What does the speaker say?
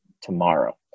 tomorrow